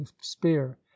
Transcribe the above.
spear